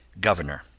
Governor